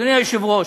אדוני היושב-ראש,